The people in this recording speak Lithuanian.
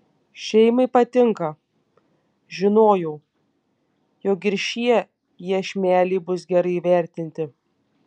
šeimai patinka žinojau jog ir šie iešmeliai bus gerai įvertinti